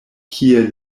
kie